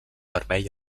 vermell